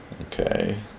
Okay